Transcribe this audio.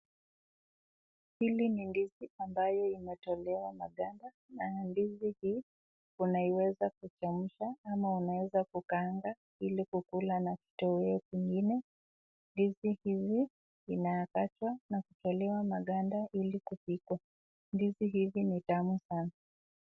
Hili ni ndizi ambayo imetolewa maganda na ndizi hii, unaweza kuchemsha ama unaweza kukaanga ili kukula na kitoweo kingine, ndizi hizi inakatwa na kutolewa maganda ili kupikwa, ndizi hizi ni tamu sana.